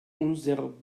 unser